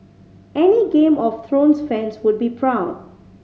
any Game of Thrones fans would be proud